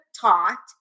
taught